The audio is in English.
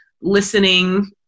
listening